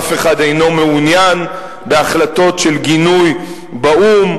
אף אחד אינו מעוניין בהחלטות של גינוי באו"ם.